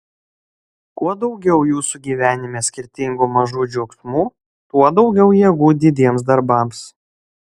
kuo daugiau jūsų gyvenime skirtingų mažų džiaugsmų tuo daugiau jėgų didiems darbams